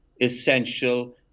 essential